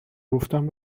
گفتم